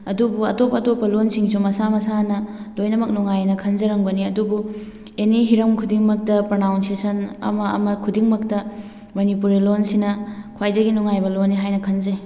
ꯑꯗꯨꯕꯨ ꯑꯇꯣꯞ ꯑꯇꯣꯞꯄ ꯂꯣꯟꯁꯤꯡꯁꯨ ꯃꯁꯥ ꯃꯁꯥꯅ ꯂꯣꯏꯅꯃꯛ ꯅꯨꯡꯉꯥꯏꯑꯅ ꯈꯟꯖꯔꯝꯒꯅꯤ ꯑꯗꯨꯕꯨ ꯑꯦꯅꯤ ꯍꯤꯔꯝ ꯈꯨꯗꯤꯡꯃꯛꯇ ꯄ꯭ꯔꯅꯥꯎꯟꯁꯦꯁꯟ ꯑꯃ ꯑꯃ ꯈꯨꯗꯤꯡꯃꯛꯇ ꯃꯅꯤꯄꯨꯔꯤ ꯂꯣꯟꯁꯤꯅ ꯈ꯭ꯋꯥꯏꯗꯒꯤ ꯅꯨꯡꯉꯥꯏꯕ ꯂꯣꯟꯅꯤ ꯍꯥꯏꯅ ꯈꯟꯖꯩ